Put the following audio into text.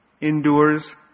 Endures